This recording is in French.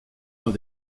dans